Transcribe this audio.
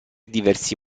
diversi